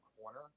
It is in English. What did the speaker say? corner